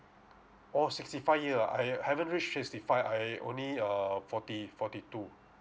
oh sixty five year ah I haven't reached sixty five I only err forty forty two